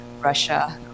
Russia